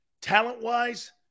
talent-wise